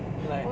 like